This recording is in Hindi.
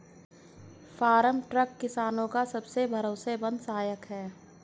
फार्म ट्रक किसानो का सबसे भरोसेमंद सहायक है